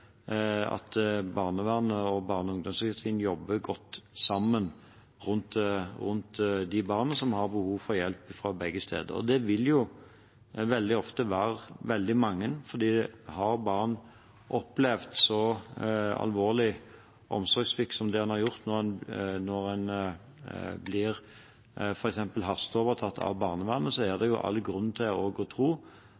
at barnevernet og barne- og ungdomspsykiatrien jobber godt sammen rundt de barna som har behov for hjelp fra begge steder. Det vil jo veldig ofte være veldig mange, for om barn har opplevd så alvorlig omsorgssvikt som en har gjort når en blir f.eks. hasteovertatt av barnevernet, er det